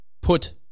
put